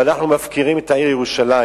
ואנחנו מפקירים את העיר ירושלים.